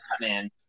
Batman